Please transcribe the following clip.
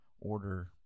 order